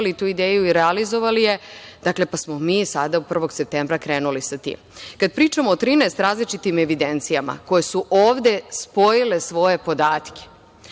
tu ideju i realizovali je, pa smo mi sada 1. septembra krenuli sa tim. Kada pričamo o 13 različitim evidencijama koje su ovde spojile svoje podatke,